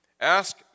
Ask